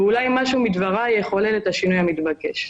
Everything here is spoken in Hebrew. ואולי משהו מדבריי יחולל את השינוי המתבקש.